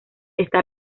está